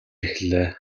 эхэллээ